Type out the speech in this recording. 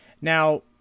Now